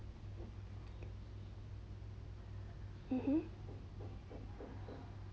mmhmm